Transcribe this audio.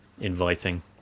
inviting